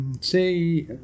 say